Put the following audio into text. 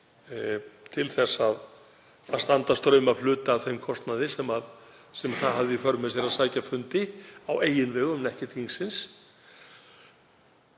til að standa straum af hluta af þeim kostnaði sem það hafði í för með sér að sækja fundi á eigin vegum en ekki þingsins.